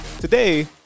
Today